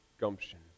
gumption